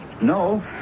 No